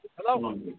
Hello